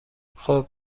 خوب